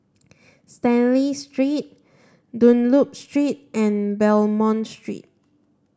Stanley Street Dunlop Street and Belmont Road